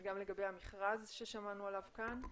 גם לגבי המכרז ששמענו עליו כאן.